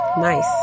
nice